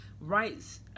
rights